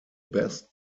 best